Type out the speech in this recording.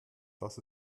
das